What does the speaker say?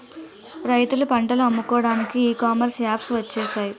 రైతులు పంటలు అమ్ముకోవడానికి ఈ కామర్స్ యాప్స్ వచ్చేసాయి